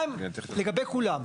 דבר שני, לגבי כולם.